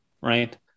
Right